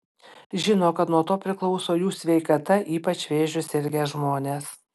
žino kad nuo to priklauso jų sveikata ypač vėžiu sirgę žmonės